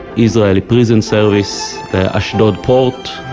israeli prison service, the ashdod port